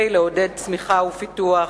כדי לעודד צמיחה ופיתוח,